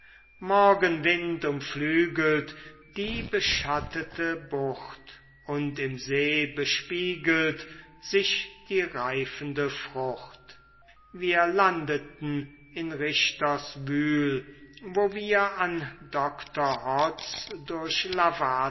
morgenwind umflügelt die beschattete bucht und im see bespiegelt sich die reifende frucht wir landeten in richterswyl wo wir an doktor hotz